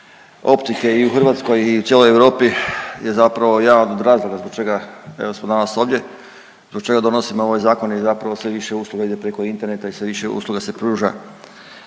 optike i u Hrvatskoj i u cijeloj Europi je zapravo jedan od razloga zbog čega evo smo danas ovdje, zbog čega donosimo ovaj zakon jer zapravo sve više usluga ide preko interneta i sve više usluga se pruža